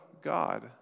God